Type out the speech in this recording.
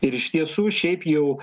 ir iš tiesų šiaip jau